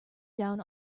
down